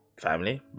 Family